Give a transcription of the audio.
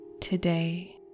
Today